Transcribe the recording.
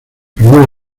primera